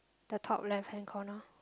the top left hand corner